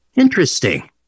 Interesting